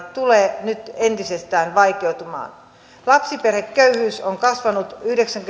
tulee nyt entisestään vaikeutumaan lapsiperheköyhyys on kasvanut